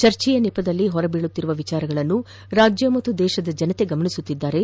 ಚರ್ಚೆಯ ನೆಪದಲ್ಲಿ ಹೊರಬೀಳುತ್ತಿರುವ ವಿಚಾರಗಳನ್ನು ರಾಜ್ಯ ಮತ್ತು ದೇಶದ ಜನತೆ ಗಮನಿಸುತ್ತಿದ್ದಾರೆ